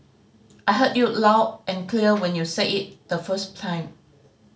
I heard you loud and clear when you said it the first time